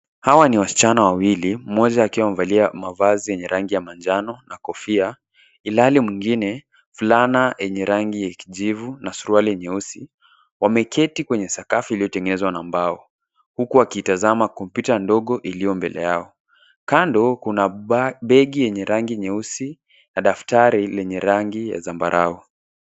Hawa ni wasichana wawili. Mmoja akiwa amevalia mavazi yenye rangi ya manjano na kofia ilhali mwingine fulana yenye rangi ya kijivu na suruali nyeusi. Wameketi kwenye sakafu iliyotengenezwa na mbao huku wakitazama kompyuta ndogo iliyo mbele yao. kando Kuna begi yenye rangi nyeusi na daftari lenye rangi ya zambarau.